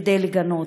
כדי לגנות,